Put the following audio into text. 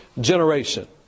generation